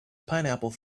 pineapple